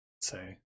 say